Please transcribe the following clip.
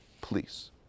Please